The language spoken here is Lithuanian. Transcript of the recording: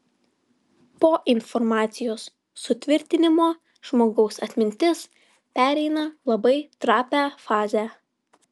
po informacijos sutvirtinimo žmogaus atmintis pereina labai trapią fazę